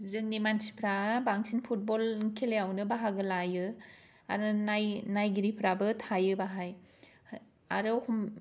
जोंनि मानसिफ्रा बांसिन फुटबल खेलायावनो बाहागो लायो आरो नायगिरिफ्राबो थायो बाहाय आरो एखनबा